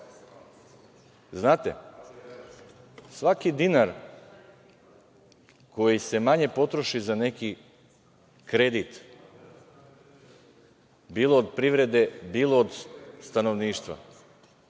vrednosti? Svaki dinar koji se manje potroši za neki kredit, bilo od privrede, bilo od stanovništva,